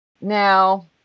Now